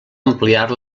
ampliar